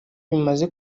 bimaze